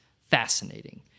fascinating